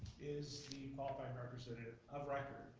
is the qualified representative of record,